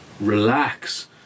Relax